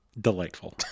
delightful